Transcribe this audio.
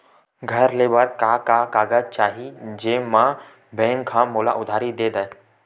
घर ले बर का का कागज चाही जेम मा बैंक हा मोला उधारी दे दय?